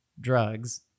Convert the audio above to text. drugs